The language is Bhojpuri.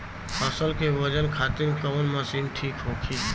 फसल के वजन खातिर कवन मशीन ठीक होखि?